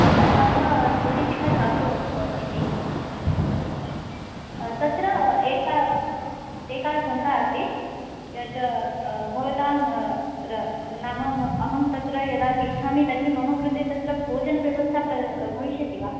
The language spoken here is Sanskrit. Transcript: मम नाम श्रुतिशिखा साहु इति तत्र एका एका शङ्का आसीत् यत् भवतां तत्र नाम अहं तत्र यदा तिष्ठामि तर्हि मम कृते तत्र भोजनव्यवस्था भविष्यति वा